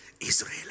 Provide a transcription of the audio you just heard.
Israel